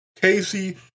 Casey